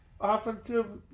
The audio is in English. offensive